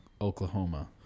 Oklahoma